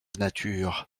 nature